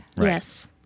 Yes